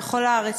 שהיו בכל הארץ,